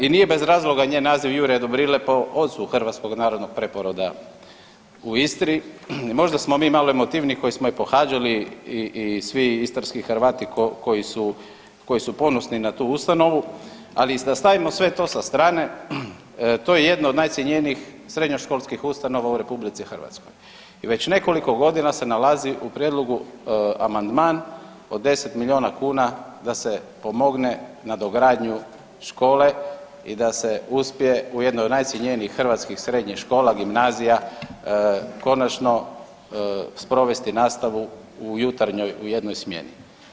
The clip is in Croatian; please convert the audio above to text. I nije bez razloga njen naziv Jurje Dobrile po ocu hrvatskog narodnog preporoda u Istri i možda smo mi i motivniji koji smo je pohađali i svi istarski Hrvati koji su ponosni na tu ustanovu, ali i da stavimo sve to sa strane, to je jedna od najcjenjenijih srednjoškolskih ustanova u RH i već nekoliko godina se nalazi u prijedlogu amandman od 10 miliona kuna da se pomogne nadogradnju škole i da se uspije u jednoj od najcjenjenijih hrvatskih srednjih škola, gimnazija konačno sprovesti nastavu u jutarnjoj, u jednoj smjeni.